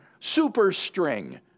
superstring